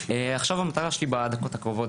עכשיו המטרה שלי בדקות הקרובות,